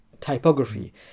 typography